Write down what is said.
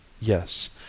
Yes